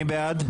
מי בעד?